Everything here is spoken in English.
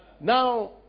Now